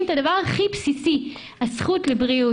את הדבר הכי בסיסי: הזכות לבריאות,